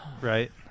right